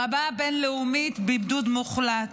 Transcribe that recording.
ברמה הבין-לאומית, בידוד מוחלט.